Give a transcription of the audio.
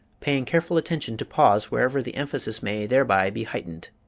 paying careful attention to pause wherever the emphasis may thereby be heightened.